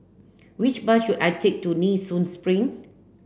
which bus should I take to Nee Soon Spring